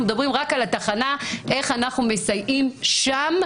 מדברים רק על התחנה של איך אנחנו מסייעים שם,